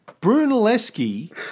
Brunelleschi